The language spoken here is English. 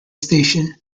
station